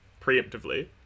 preemptively